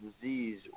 disease